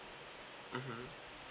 mmhmm